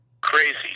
crazy